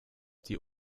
die